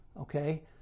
okay